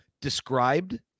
described